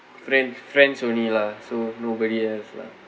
friends friends only lah so nobody else lah